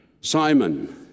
Simon